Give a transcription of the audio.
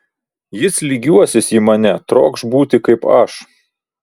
jis lygiuosis į mane trokš būti kaip aš